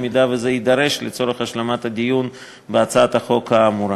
זה יידרש לצורך השלמת הדיון בהצעת החוק האמורה,